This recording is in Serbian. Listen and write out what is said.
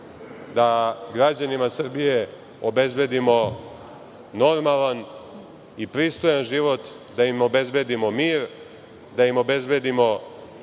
da građanima Srbije obezbedimo normalan i pristojan život, da im obezbedimo mir, da im obezbedimo